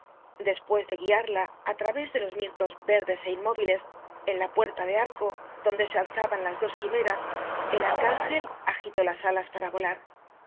después de guiarla a través de los mirtos verdes é inmóviles en la puerta de arco donde se alzaban las dos quime ras el arcángel agitó las alas para volar